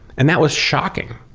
and that was shocking,